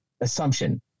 assumption